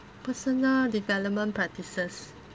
personal development practices